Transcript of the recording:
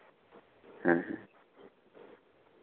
ᱦᱮᱸ ᱦᱮᱸ